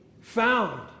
found